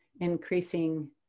increasing